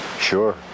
Sure